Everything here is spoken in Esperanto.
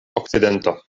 okcidento